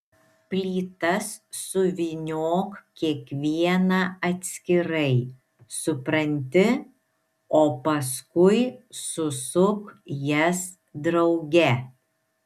plytas suvyniok kiekvieną atskirai supranti o paskui susuk jas drauge